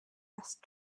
asked